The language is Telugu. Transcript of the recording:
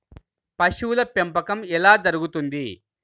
పశువుల పెంపకం ఎలా జరుగుతుంది?